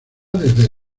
desde